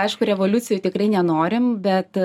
aišku revoliucijų tikrai nenorim bet